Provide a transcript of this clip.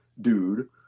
dude